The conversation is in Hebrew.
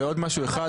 ועוד דבר קריטי,